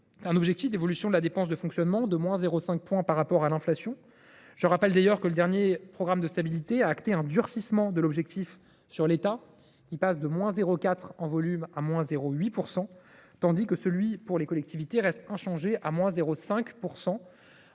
un objectif d’évolution de la dépense de fonctionnement en baisse de 0,5 point par rapport à l’inflation. Je rappelle que le dernier programme de stabilité a acté un durcissement de l’objectif sur l’État, qui passe de 0,4 % en volume à 0,8 %, tandis que celui pour les collectivités reste à 0,5